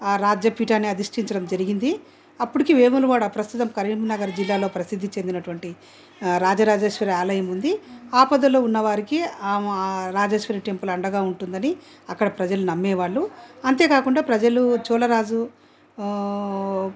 ఆ రాజ్య పీఠాన్ని అధిష్టించడం జరిగింది అప్పటికి వేములవాడ ప్రస్తుతం కరీంనగర్ జిల్లాలో ప్రసిద్ధి చెందినటువంటి రాజరాజేశ్వరి ఆలయం ఉంది ఆపదలో ఉన్న వారికి ఆ రాజేశ్వరి టెంపుల్ అండగా ఉంటుందని అక్కడ ప్రజలు నమ్మేవాళ్ళు అంతేకాకుండ ప్రజలు చోళరాజు